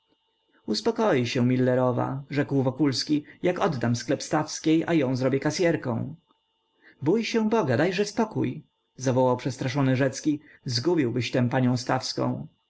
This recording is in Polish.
uspokoi się milerowa rzekł wokulski jak oddam sklep stawskiej a ją zrobię kasyerką bój się boga dajże spokój zawołał przestraszony rzecki zgubiłbyś tem panią stawską